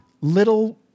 little